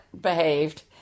behaved